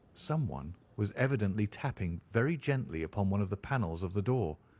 someone was evidently tapping very gently upon one of the panels of the door.